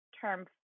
term